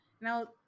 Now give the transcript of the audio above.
Now